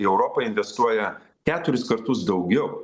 į europą investuoja keturis kartus daugiau